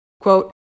Quote